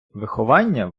виховання